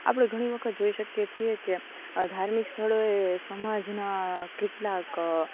આપણે ઘણી વખત જોઈ શકીએ છીએ કે ધાર્મિક સ્થળોએ સમાજના કેટલાક